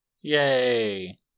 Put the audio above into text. Yay